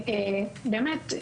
באמת,